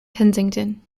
kensington